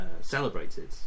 celebrated